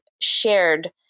shared